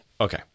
Okay